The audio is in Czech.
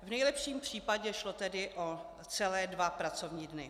V nejlepším případě šlo tedy o celé dva pracovní dny.